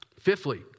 Fifthly